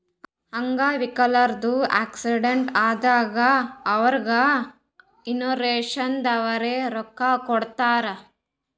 ಅಂಗ್ ವಿಕಲ್ರದು ಆಕ್ಸಿಡೆಂಟ್ ಆದಾಗ್ ಅವ್ರಿಗ್ ಇನ್ಸೂರೆನ್ಸದವ್ರೆ ರೊಕ್ಕಾ ಕೊಡ್ತಾರ್